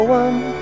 one